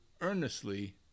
earnestly